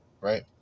right